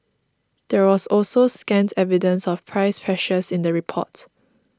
there was also scant evidence of price pressures in the report